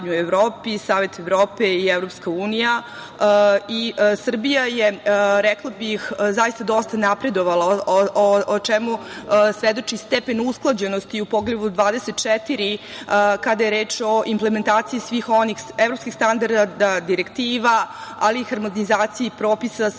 u Evropi, Savet Evrope i EU.Srbija je, rekla bih, zaista dosta napredovala, o čemu svedoči stepen usklađenosti i u Poglavlju 24, kada je reč o implementaciji svih onih evropskih standarda, direktiva, ali i harmonizaciji propisa sa